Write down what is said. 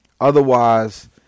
Otherwise